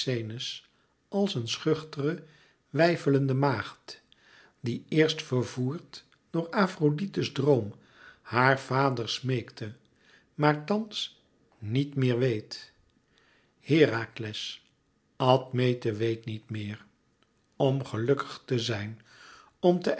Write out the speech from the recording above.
als een schuchtere weifelende maagd die eerst vervoerd door afrodite's droom haar vader smeekte maar thans niet meer weet herakles admete weet niet meer om gelukkig te zijn om te